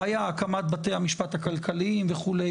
היו הקמת בתי המפשט הכלכליים וכולי,